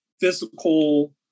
physical